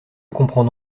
comprends